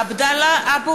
עבדאללה אבו